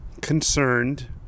concerned